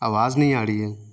آواز نہیں آ رہی ہے